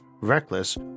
reckless